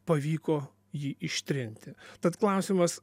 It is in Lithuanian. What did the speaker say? pavyko jį ištrinti tad klausimas